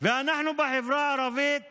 ואנחנו בחברה הערבית